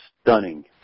stunning